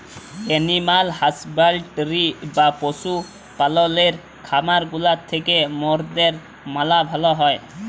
animal husbandry বা পশু পাললের খামার গুলা থ্যাকে মরদের ম্যালা ভাল হ্যয়